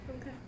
okay